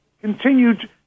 continued